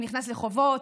הוא נכנס לחובות,